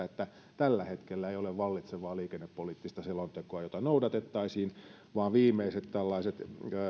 että tällä hetkellä ei ole vallitsevaa liikennepoliittista selontekoa jota noudatettaisiin vaan viimeiset tällaiset